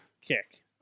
kick